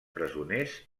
presoners